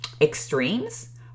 extremes